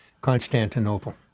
Constantinople